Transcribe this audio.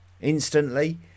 Instantly